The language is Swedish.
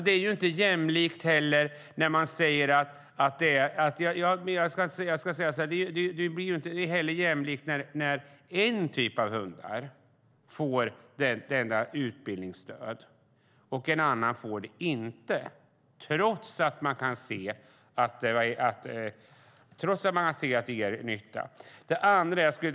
Det är inte jämlikt när en typ av hundar får utbildningsstöd medan en annan typ inte får det - trots att man sett att hundarna gör nytta.